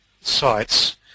sites